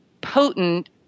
potent